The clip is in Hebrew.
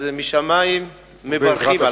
משמים מברכים.